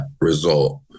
result